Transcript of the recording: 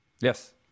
Yes